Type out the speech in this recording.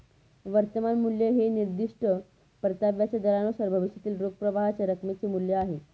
वर्तमान मूल्य हे निर्दिष्ट परताव्याच्या दरानुसार भविष्यातील रोख प्रवाहाच्या रकमेचे मूल्य आहे